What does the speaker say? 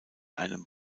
einen